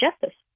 justice